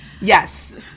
Yes